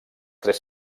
tres